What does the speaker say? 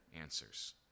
answers